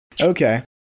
okay